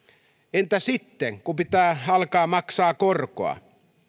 entä sitten kun pitää alkaa maksaa korkoa